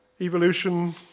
evolution